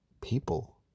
people